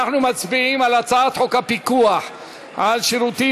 אנחנו מצביעים על הצעת חוק הפיקוח על שירותים